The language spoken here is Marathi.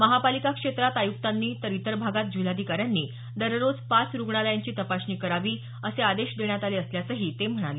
महापालिका क्षेत्रांत आयुक्तांनी तर इतर भागात जिल्हाधिकाऱ्यांनी दररोज पाच रुग्णालयांची तपासणी करावी असे आदेश देण्यात आले असल्याचंही ते म्हणाले